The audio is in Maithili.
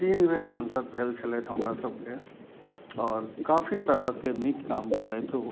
तीन बेर संसद भेल छलथि हमरा सबके आओर काफी तरहके नीक काम केलथि ओ